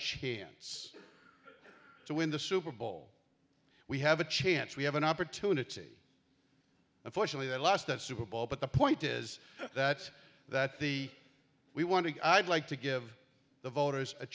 chance to win the super bowl we have a chance we have an opportunity unfortunately they lost that super bowl but the point is that's that the we want to be i'd like to give the voters a